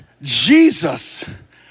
Jesus